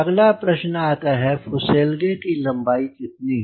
अगला प्रश्न आता है फुसेलगे की लम्बाई कितनी हो